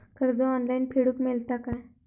कर्ज ऑनलाइन फेडूक मेलता काय?